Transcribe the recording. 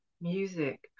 music